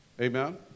Amen